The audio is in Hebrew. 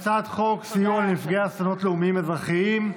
הצעת חוק סיוע לנפגעי אסונות לאומיים אזרחיים,